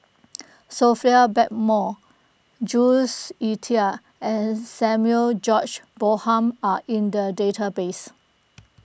Sophia Blackmore Jules Itier and Samuel George Bonham are in the database